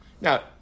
Now